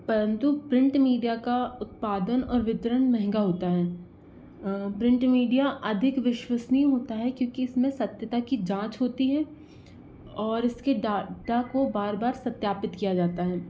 परंतु print media का उत्पादन और वितरण महंगा होता है प्रिंट मीडिया अधिक विश्वसनीय होता है क्योंकि इस में सत्यता की जाँच होती है और इसके डाटा को बार बार सत्यापित किया जाता है